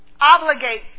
obligate